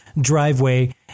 driveway